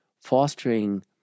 fostering